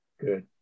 Good